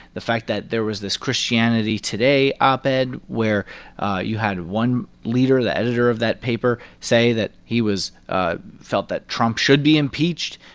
the fact that there was this christianity today ah but op-ed where you had one leader, the editor of that paper, say that he was ah felt that trump should be impeached.